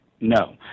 no